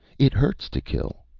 it hurts to kill.